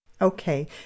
Okay